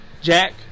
Jack